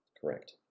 Correct